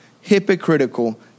hypocritical